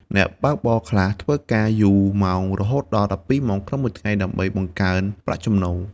អ្នកបើកបរខ្លះធ្វើការយូរម៉ោង រហូតដល់ ១២ ម៉ោងក្នុងមួយថ្ងៃ ដើម្បីបង្កើនប្រាក់ចំណូល។